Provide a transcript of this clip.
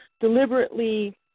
deliberately